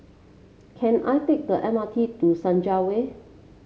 can I take the M R T to Senja Way